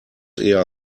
eher